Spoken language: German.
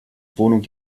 wohnung